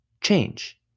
change